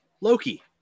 loki